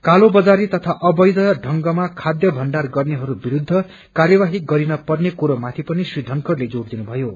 कालो बजारी तथा अवैध ढ़ंगमा खाध्य भण्डार गर्ने विरूद्ध कार्यवाही गरिनपर्ने कुरोमाथि पनि श्री धनखड़ले जोड़ दिनुभ्यो